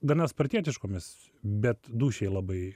gana spartietiškomis bet dūšiai labai